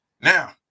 Now